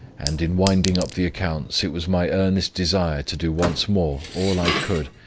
and, in winding up the accounts, it was my earnest desire, to do once more all i could,